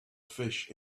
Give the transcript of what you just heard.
fish